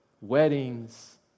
weddings